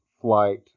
flight